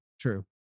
true